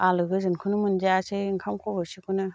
आलो गोजोनखौनो मोनजायासै ओंखामखौ खब'सेखौनो